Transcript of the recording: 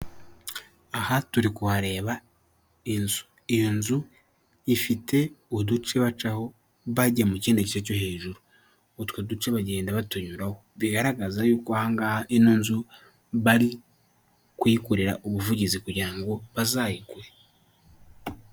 Aha turi kuhareba inzu, iyo nzu ifite uduce bacaho bajya mukindi gice cyo hejuru, utwo duce bagenda batunyuraho, bigaragaza y'uko ahangaha ino nzu bari kuyikorera ubuvugizi kugira ngo bazayigure.